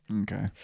Okay